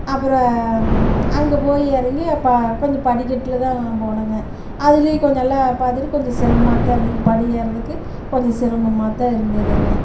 அப்புறம் அங்கே போய் இறங்கி கொஞ்சம் படிக்கட்டில் தான் போனோங்க அதுலேயும் கொஞ்சம் எல்லாம் பார்த்துவிட்டு கொஞ்சம் சிரமமாக தான் இருந்தது இங்கே படி ஏர்றதுக்கு கொஞ்சம் சிரமமாகதான் இருந்ததுங்க